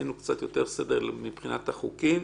עשינו קצת יותר סדר מבחינת החוקים.